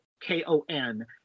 K-O-N